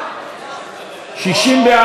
סעיף 60,